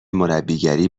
مربیگری